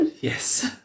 Yes